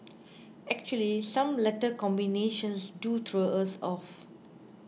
actually some letter combinations do throw us off